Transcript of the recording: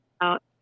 out